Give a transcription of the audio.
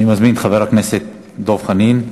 אני מזמין את חבר הכנסת דב חנין.